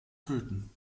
töten